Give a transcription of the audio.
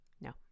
No